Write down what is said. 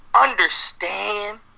understand